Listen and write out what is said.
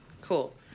cool